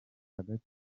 hagati